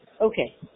Okay